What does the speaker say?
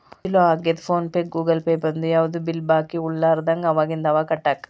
ಚೊಲೋ ಆಗ್ಯದ PhonePe Google Pay ಬಂದು ಯಾವ್ದು ಬಿಲ್ ಬಾಕಿ ಉಳಿಲಾರದಂಗ ಅವಾಗಿಂದ ಅವಾಗ ಕಟ್ಟಾಕ